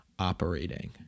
operating